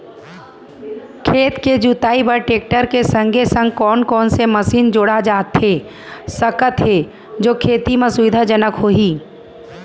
खेत के जुताई बर टेकटर के संगे संग कोन कोन से मशीन जोड़ा जाथे सकत हे जो खेती म सुविधाजनक होही?